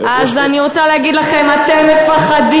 אז אני רוצה להגיד לכם: אתם מפחדים.